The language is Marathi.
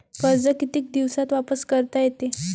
कर्ज कितीक दिवसात वापस करता येते?